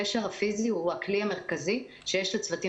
הקשר הפיזי הוא הכלי המרכזי שיש לצוותים